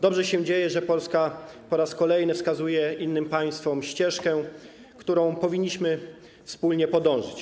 Dobrze się dzieje, że Polska po raz kolejny wskazuje innym państwom ścieżkę, którą powinniśmy wspólnie podążać.